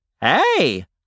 Hey